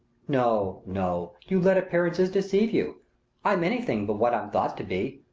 no, no you let appearances deceive you i'm anything but what i'm thought to be,